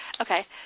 Okay